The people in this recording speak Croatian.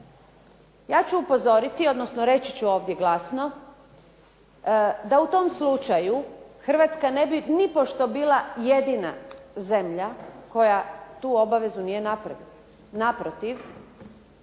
Ja ću upozoriti, odnosno reći ću ovdje glasno da u tom slučaju Hrvatska ne bi nipošto bila jedina zemlja koja tu obavezu nije napravila.